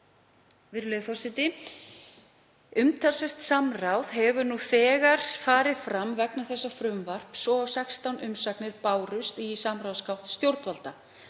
Virðulegur forseti. Umtalsvert samráð hefur nú þegar farið fram vegna þessa frumvarps og 16 umsagnir bárust í samráðsgátt stjórnvalda.